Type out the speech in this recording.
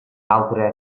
altre